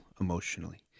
emotionally